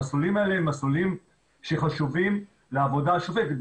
המסלולים האלה הם מסלולים שחשובים לעבודה השוטפת,